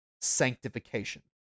sanctification